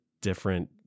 different